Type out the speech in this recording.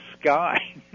sky